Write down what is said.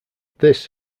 this